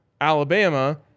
Alabama –